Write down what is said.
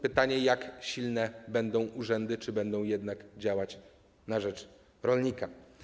Pytanie, jak silne będą urzędy i czy będą jednak działać na rzecz rolnika.